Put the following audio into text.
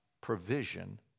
provision